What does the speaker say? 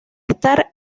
estar